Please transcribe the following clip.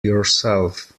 yourself